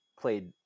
played